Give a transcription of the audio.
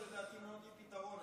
שלדעתי לא נותנים פתרון.